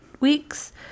weeks